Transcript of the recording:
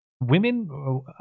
Women